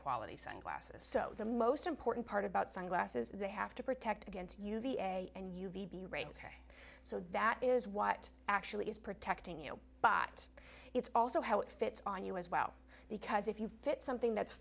quality sunglasses so the most important part about sunglasses is they have to protect against uva and u v b rays so that is what actually is protecting you bought it's also how it fits on you as well because if you fit something that's